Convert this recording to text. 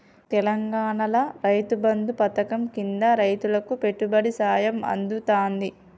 తెలంగాణాల రైతు బంధు పథకం కింద రైతులకు పెట్టుబడి సాయం అందుతాంది